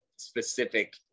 specific